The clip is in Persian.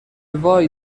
وای